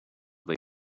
they